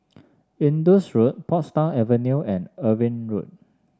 Indus Road Portsdown Avenue and Irving Road